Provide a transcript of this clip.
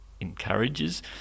encourages